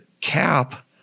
cap